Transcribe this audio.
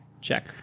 check